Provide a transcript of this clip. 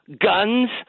guns